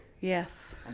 Yes